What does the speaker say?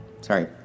Sorry